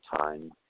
time